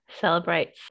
celebrates